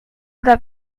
oder